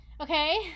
okay